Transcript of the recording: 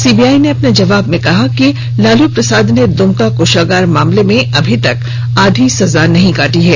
CBI ने अपने जवाब में कहा है कि लालू प्रसाद ने दुमका कोषागार मामले में अभी तक आधी सजा नहीं काटी है